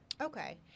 Okay